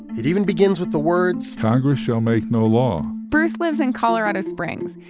it even begins with the words. congress shall make no law bruce lives in colorado springs.